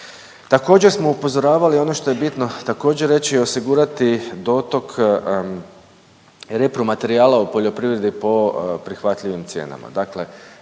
Također smo upozoravali ono što je bitno također reći osigurati dotok repromaterijala u poljoprivredi po prihvatljivim cijenama.